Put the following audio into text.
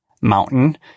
mountain